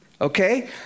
okay